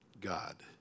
God